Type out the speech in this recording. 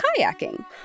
kayaking